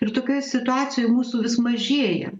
ir tokioj situacijoj mūsų vis mažėja